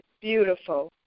beautiful